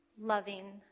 loving